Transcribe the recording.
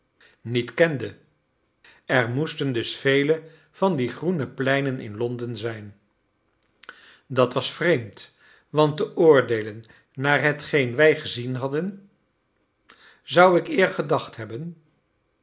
niet kende er moesten dus vele van die groene pleinen in londen zijn dat was vreemd want te oordeelen naar hetgeen wij gezien hadden zou ik eer gedacht hebben